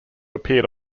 appeared